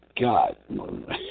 God